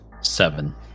Seven